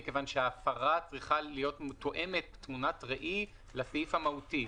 כי ההפרה צריכה להיות מתואמת תמונת ראי לסעיף המהותי.